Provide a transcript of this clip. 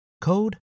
code